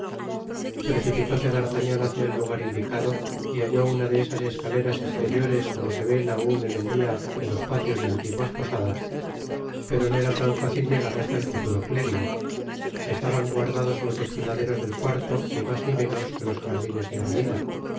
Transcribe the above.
precipitóse d'artagnan hácia el lugar indicado y halló una de osas escaleras estertores como se ven aun en et dia en los patios de antiguas posadas pero no era tan fácil llegar hasta el futuro clérigo estaban guardados los des filaderos del coarto ni mas ni menos que los jardines de anuida